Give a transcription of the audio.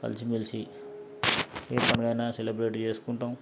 కలిసిమెలిసి ఏ పండుగైనా సెలబ్రేట్ చేసుకుంటాం